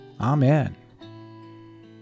Amen